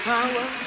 Power